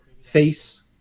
face